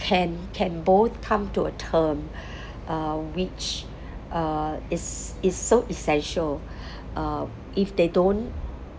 can can both come to a term uh which uh is is so essential uh if they don't